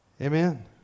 Amen